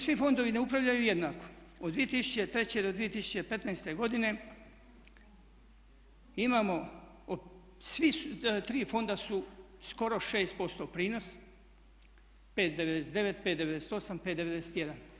Svi fondovi ne upravljaju jednako. od 2003. do 2015. godine imamo svi tri fonda su skoro 6% prinos 5,99, 5,98, 5,91.